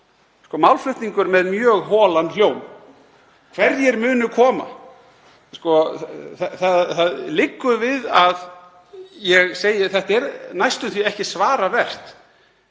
málflutningur með mjög holan hljóm. Hverjir munu koma? Það liggur við að ég segi að þetta sé næstum því ekki svaravert.